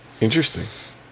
Interesting